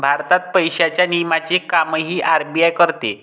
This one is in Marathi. भारतात पैशांच्या नियमनाचे कामही आर.बी.आय करते